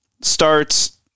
starts